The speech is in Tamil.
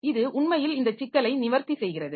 இது உண்மையில் இந்த சிக்கலை நிவர்த்தி செய்கிறது